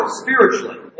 spiritually